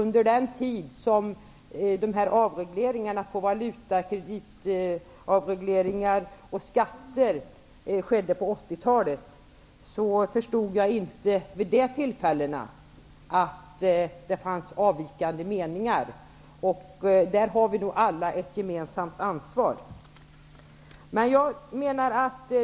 På 80 talet när valuta-, kredit och skatteavregleringarna genomfördes, uppfattade jag inte att det fanns avvikande meningar. Därför har vi alla ett gemensamt ansvar.